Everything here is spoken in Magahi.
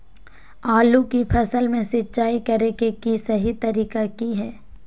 आलू की फसल में सिंचाई करें कि सही तरीका की हय?